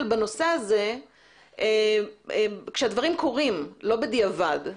בנושא הזה כשהדברים קורים ולא בדיעבד.